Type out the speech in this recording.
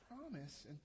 promise